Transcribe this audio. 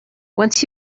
once